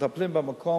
מטפלים במקום.